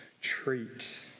treat